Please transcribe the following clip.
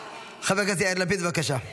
חבר הכנסת יאיר לפיד, בבקשה.